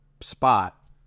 spot